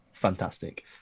fantastic